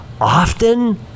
often